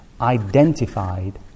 identified